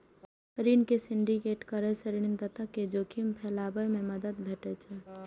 ऋण के सिंडिकेट करै सं ऋणदाता कें जोखिम फैलाबै मे मदति भेटै छै